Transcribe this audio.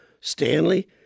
Stanley